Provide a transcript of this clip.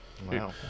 Wow